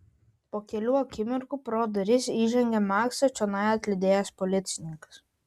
po kelių akimirkų pro duris įžengė maksą čionai atlydėjęs policininkas